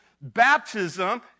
baptism